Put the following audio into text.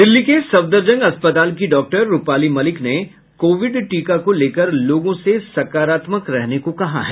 दिल्ली के सफदरजंग अस्पताल की डॉक्टर रूपाली मलिक ने कोविड टीका को लेकर लोगों से सकारात्मक रहने को कहा है